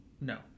No